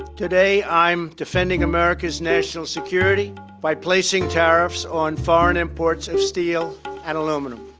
today i'm defending america's national security by placing tariffs on foreign imports of steel and aluminum.